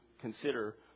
consider